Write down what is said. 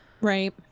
Right